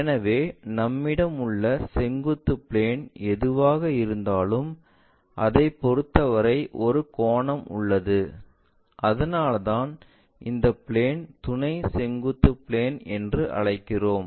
எனவே நம்மிடம் உள்ள செங்குத்து பிளேன் எதுவாக இருந்தாலும் அதைப் பொறுத்தவரை ஒரு கோணம் உள்ளது அதனால்தான் இந்த பிளேன் துணை செங்குத்து பிளேன் என்று அழைக்கிறோம்